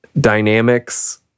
dynamics